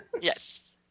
Yes